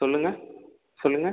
சொல்லுங்கள் சொல்லுங்கள்